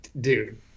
dude